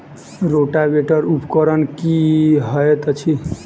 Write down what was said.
Rotavator उपकरण की हएत अछि?